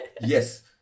Yes